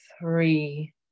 Three